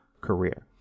career